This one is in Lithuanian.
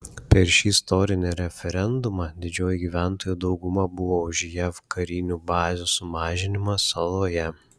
per šį istorinį referendumą didžioji gyventojų dauguma buvo už jav karinių bazių sumažinimą saloje